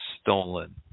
stolen